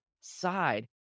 side